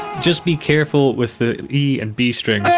just be careful with the e and b strings,